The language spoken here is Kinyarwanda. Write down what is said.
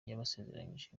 yabasezeranyije